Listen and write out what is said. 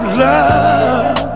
love